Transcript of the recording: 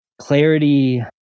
clarity